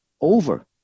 over